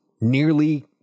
nearly